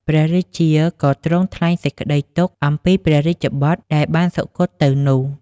ព្រះរាជាក៏ទ្រង់ថ្លែងសេចក្ដីទុក្ខអំពីព្រះរាជបុត្រដែលបានសុគត់ទៅនោះ។